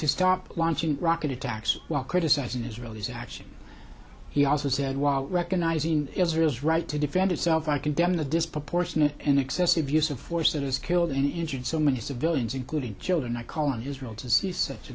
to stop launching rocket attacks while criticizing israeli's action he also said while recognizing israel's right to defend itself i condemn the disproportionate and excessive use of force that has killed and injured so many civilians including children i call on israel to see such